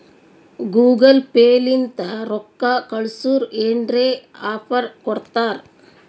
Google Pay ಲಿಂತ ರೊಕ್ಕಾ ಕಳ್ಸುರ್ ಏನ್ರೆ ಆಫರ್ ಕೊಡ್ತಾರ್